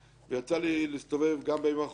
ויצא לי להסתובב גם בימים האחרונים,